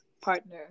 partner